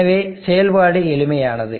எனவே செயல்பாடு எளிமையானது